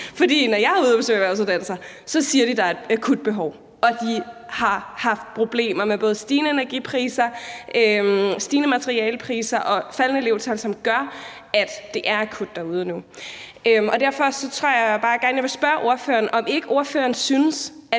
For når jeg er ude at besøge erhvervsuddannelser, siger de, at der er et akut behov, og at de har haft problemer med både stigende energipriser, stigende materialepriser og faldende elevtal, som gør, at det er akut derude nu. Derfor tror jeg bare gerne, jeg vil spørge ordføreren, om ikke ordføreren synes,